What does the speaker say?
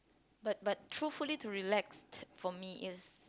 but but truthfully to relax for me is